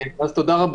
תודה.